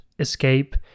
escape